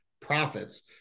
profits